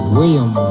William